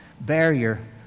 Barrier